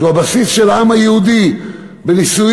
שהוא הבסיס של העם היהודי בנישואים,